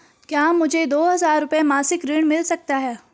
क्या मुझे दो हज़ार रुपये मासिक ऋण मिल सकता है?